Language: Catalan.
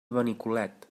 benicolet